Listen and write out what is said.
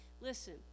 Listen